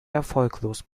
erfolglos